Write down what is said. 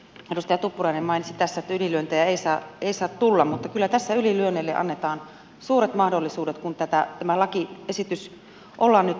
edustaja tuppurainen mainitsi tässä että ylilyöntejä ei saa tulla mutta kyllä tässä ylilyönneille annetaan suuret mahdollisuudet kun tämä lakiesitys ollaan nyt tuomassa